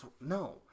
No